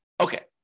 Okay